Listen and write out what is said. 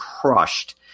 crushed